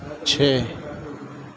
چھ